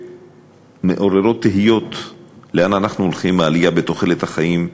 ושמעוררות תהיות לאן אנחנו הולכים: העלייה בתוחלת החיים,